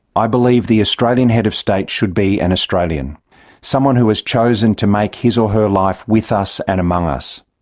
i believe the australian head of state should be an australian someone who has chosen to make his or her life with us and among us.